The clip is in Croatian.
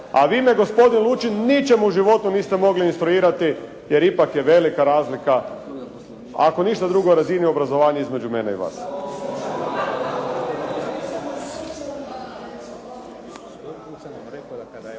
A vi me gospodin Lučin ničemu u životu niste mogli instruirati jer ipak je velika razlika, ako ništa drugo razini obrazovanja između mene i vas.